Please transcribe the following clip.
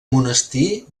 monestir